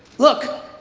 look,